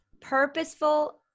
purposeful